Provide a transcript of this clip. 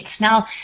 Now